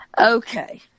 Okay